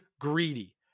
greedy